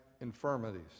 infirmities